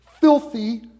filthy